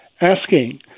asking